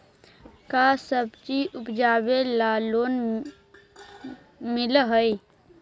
का सब्जी उपजाबेला लोन मिलै हई?